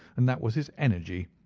and that was his energy.